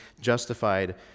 justified